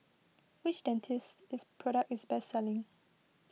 which Dentiste product is best selling